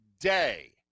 day